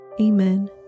Amen